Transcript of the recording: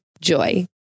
joy